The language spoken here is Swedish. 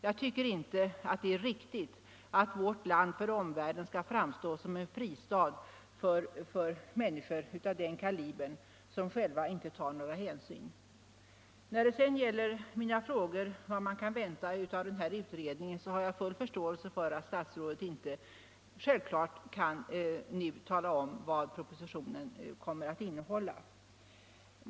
Jag tycker inte att det är riktigt att vårt land för omvärlden skall framstå som en fristad för människor av den kalibern, som själva inte tar några hänsyn. Jag ställde också några frågor om vad man kan vänta av utredningen. Jag har full förståelse för att statsrådet självfallet inte nu kan tala om vad propositionen kommer att innehålla.